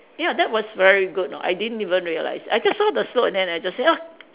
ya that was very good you know I didn't even realise I just saw the slope and just say ah